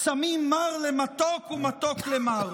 שמים מר למתוק ומתוק למר".